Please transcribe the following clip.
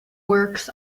works